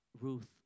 Ruth